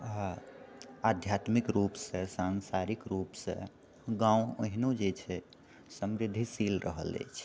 आ आध्यात्मिक रूपसँ सांसारिक रूपसँ गाम ओहिनो जे छै समृद्धिशील रहल अछि